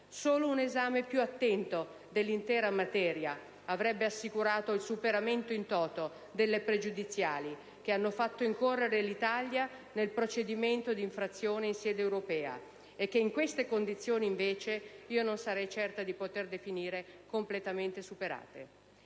Solo un esame più attento dell'intera materia avrebbe assicurato il superamento *in toto* delle pregiudiziali che hanno fatto incorrere l'Italia nel procedimento di infrazione in sede europea e che in queste condizioni invece io non sarei certa di poter definire completamente superate.